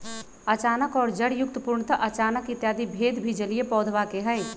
अचानक और जड़युक्त, पूर्णतः अचानक इत्यादि भेद भी जलीय पौधवा के हई